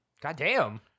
Goddamn